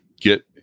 get